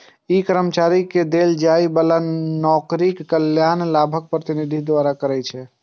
ई कर्मचारी कें देल जाइ बला नौकरीक कल्याण लाभक प्रतिनिधित्व करै छै